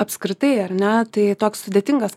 apskritai ar ne tai toks sudėtingas